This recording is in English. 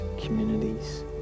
communities